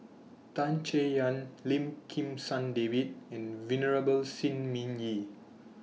Tan Chay Yan Lim Kim San David and Venerable Shi Ming Yi